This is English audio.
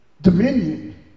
Dominion